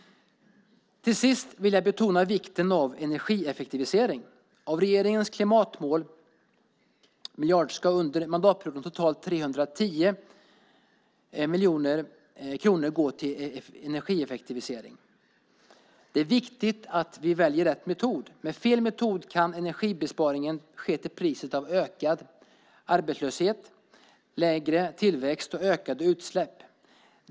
Till sist vill jag betona vikten av energieffektivisering. Av regeringens klimatmiljard ska under mandatperioden totalt 310 miljoner kronor gå till energieffektivisering. Det är viktigt att vi väljer rätt metod. Med fel metod kan energibesparingen ske till priset av ökad arbetslöshet, lägre tillväxt och ökade utsläpp.